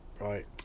right